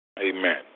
Amen